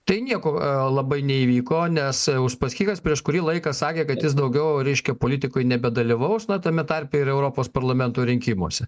tai nieko labai neįvyko nes uspaskichas prieš kurį laiką sakė kad jis daugiau reiškia politikoj nebedalyvaus tame tarpe ir europos parlamento rinkimuose